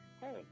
hey